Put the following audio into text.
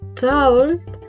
told